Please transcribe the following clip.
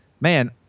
man